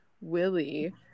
Willie